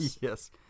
Yes